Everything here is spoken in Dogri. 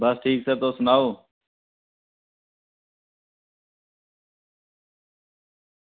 बस ठीक सर तुस सनाओ